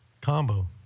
combo